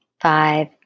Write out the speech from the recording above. five